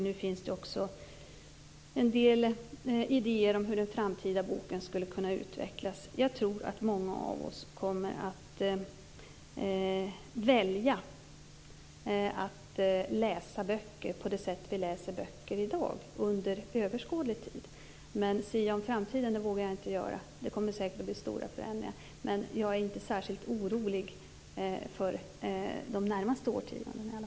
Nu finns en del idéer om hur den framtida boken skulle kunna utvecklas. Jag tror att många av oss under en överskådlig tid kommer att välja att läsa böcker på det sätt vi läser böcker i dag. Men att sia om framtiden vågar jag inte göra, för det kommer säkert att bli stora förändringar. Jag är inte särskilt orolig för de närmaste årtiondena.